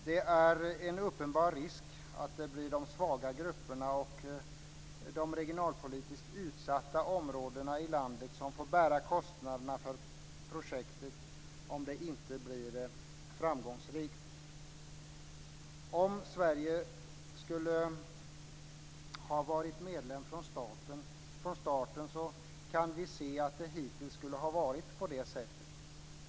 Det finns en uppenbar risk att det blir de svaga grupperna och de regionalpolitiskt utsatta områdena i landet som får bära kostnaderna för projektet om det inte blir framgångsrikt. Om Sverige skulle ha varit medlem från starten kan vi se att det hittills skulle ha varit på det sättet.